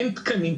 אין תקנים.